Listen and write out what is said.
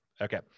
Okay